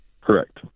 Correct